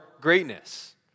greatness